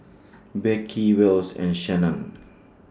Beckie Wells and Shannen